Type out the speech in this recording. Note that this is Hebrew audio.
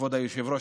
כבוד היושב-ראש,